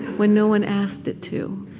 when no one asked it to